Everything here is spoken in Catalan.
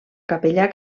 capellà